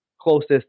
closest